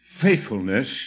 faithfulness